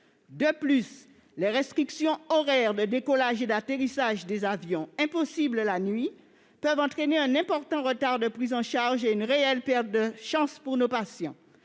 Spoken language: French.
De plus, les restrictions horaires de décollage et d'atterrissage des avions- l'un comme l'autre sont impossibles la nuit -peuvent entraîner un important retard de prise en charge et une réelle perte de chance pour nos patients.